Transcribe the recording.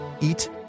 eat